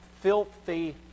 filthy